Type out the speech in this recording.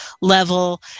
level